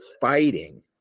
fighting